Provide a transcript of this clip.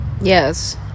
yes